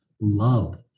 love